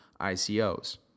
ICOs